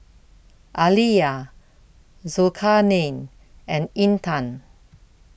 Alya Zulkarnain and Intan